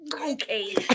okay